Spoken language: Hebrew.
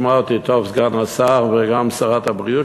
ישמעו אותי טוב גם השר וגם שרת הבריאות,